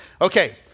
okay